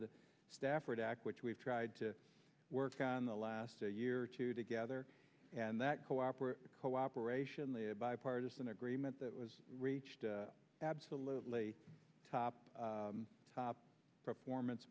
the stafford act which we've tried to work on the last a year or two together and that cooperative cooperation the bipartisan agreement that was reached absolutely top top forman